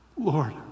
Lord